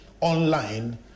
Online